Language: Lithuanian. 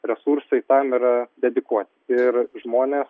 resursai tam yra dedikuoti ir žmonės